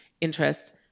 interest